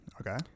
Okay